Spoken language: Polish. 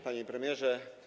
Panie Premierze!